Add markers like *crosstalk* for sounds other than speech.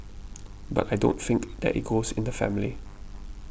*noise* but I don't think that it goes in the family